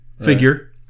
figure